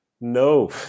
no